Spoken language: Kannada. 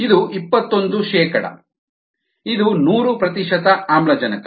ಇದು ಇಪ್ಪತ್ತೊಂದು ಶೇಕಡಾ ಇದು ನೂರು ಪ್ರತಿಶತ ಆಮ್ಲಜನಕ